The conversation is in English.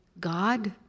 God